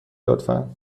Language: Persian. لطفا